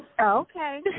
okay